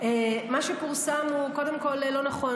מה שפורסם הוא קודם כול לא נכון.